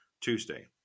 Tuesday